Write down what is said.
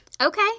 Okay